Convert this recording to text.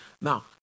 Now